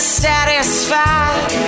satisfied